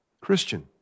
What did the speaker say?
Christian